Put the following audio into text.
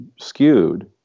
skewed